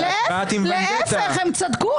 להפך, הם צדקו.